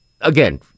again